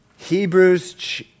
Hebrews